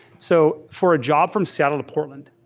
so for a job from seattle to portland,